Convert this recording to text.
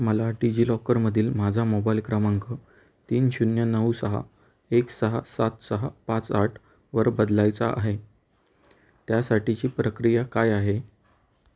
मला डिजिलॉकरमधील माझा मोबाईल क्रमांक तीन शून्य नऊ सहा एक सहा सात सहा पाच आठ वर बदलायचा आहे त्यासाठीची प्रक्रिया काय आहे